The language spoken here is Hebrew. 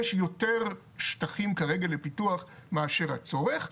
יש יותר שטחים כרגע לפיתוח מאשר הצורך,